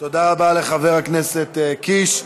תודה רבה לחבר הכנסת קיש.